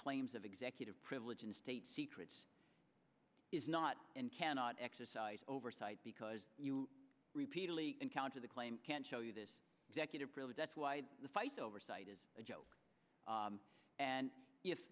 claims of executive privilege and state secrets is not and cannot exercise oversight because you repeatedly encounter the claim can show you this executive privilege that's why the fight oversight is a joke and